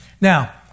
Now